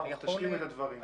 ברוך, תשלים את הדברים.